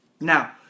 Now